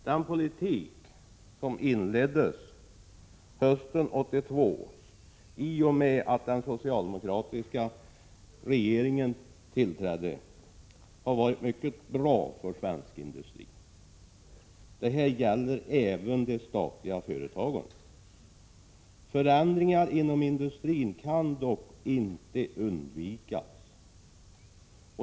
Den politik som inleddes hösten 1982 i och med den socialdemokratiska regeringens tillträde har varit mycket bra för svensk industri. Det gäller även de statliga företagen. Förändringar inom industrin kan dock inte undvikas.